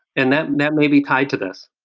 and that that may be tied to this.